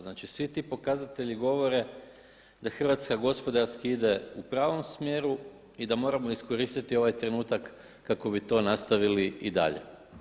Znači svi ti pokazatelji govore da Hrvatska gospodarski ide u pravom smjeru i da moramo iskoristiti ovaj trenutak kako bi to nastavili i dalje.